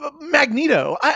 Magneto